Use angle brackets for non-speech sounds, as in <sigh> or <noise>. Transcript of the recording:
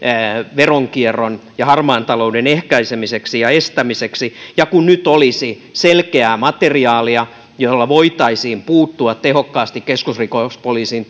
veronkierron ja harmaan talouden ehkäisemiseksi ja estämiseksi ja kun nyt olisi selkeää materiaalia jolla voitaisiin puuttua tehokkaasti keskusrikospoliisin <unintelligible>